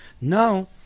Now